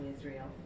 Israel